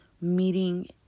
meeting